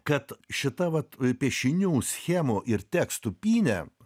kad šita vat piešinių schemų ir tekstų pynė